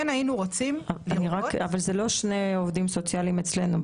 אבל זה לא שני עובדים סוציאליים אצלנו.